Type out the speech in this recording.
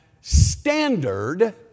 standard